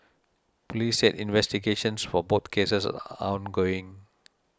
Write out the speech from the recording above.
police said investigations for both cases are ongoing